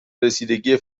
رسیدگی